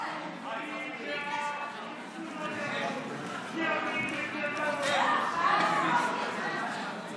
ההצעה להעביר לוועדה את הצעת חוק השמירה על המקומות הקדושים (תיקון,